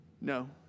No